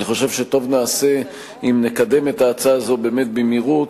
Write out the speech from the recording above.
אני חושב שטוב נעשה אם נקדם את ההצעה הזאת באמת במהירות,